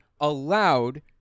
allowed